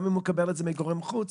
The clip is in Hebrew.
גם אם הוא מקבל את זה מגורם חוץ,